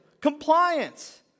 compliance